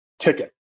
Ticket